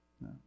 no